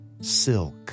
silk